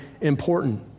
important